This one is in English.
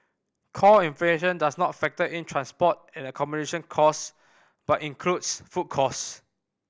core inflation does not factor in transport and accommodation costs but includes food costs